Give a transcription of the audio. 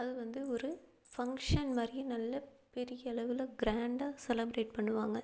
அதை வந்து ஒரு ஃபங்ஷன் மாதிரியே நல்ல பெரிய அளவவில் க்ராண்டாக செலப்ரேட் பண்ணுவாங்க